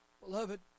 Beloved